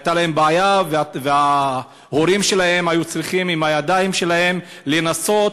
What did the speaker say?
הייתה להם בעיה וההורים שלהם היו צריכים עם הידיים שלהם לנסות